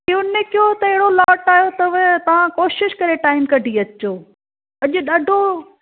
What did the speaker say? इहो न कयो त लॉट आयो अथव तव्हां कोशिशि करे टाइम कढी अचो अॼु ॾाढो